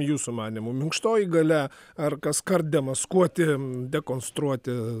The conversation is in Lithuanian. jūsų manymu minkštoji galia ar kaskart demaskuoti dekonstruoti